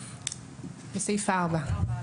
בסעיף 4(א).